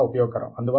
ఏ పరిశోధనా ఉద్యానవనం